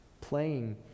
playing